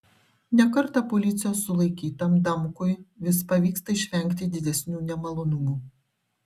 ne kartą policijos sulaikytam damkui vis pavyksta išvengti didesnių nemalonumų